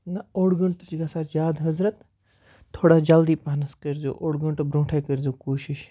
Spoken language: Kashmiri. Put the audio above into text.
نہ اوڈ گَنٹہٕ چھُ گژھان زیادٕ حضرت تھوڑا جلدی پَہم کٔرزیو اوٚڈ گَنٹہٕ کٔرزیو کوٗشِش